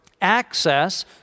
access